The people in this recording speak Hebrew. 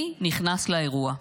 אני נכנס לאירוע.